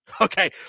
Okay